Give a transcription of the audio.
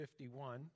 51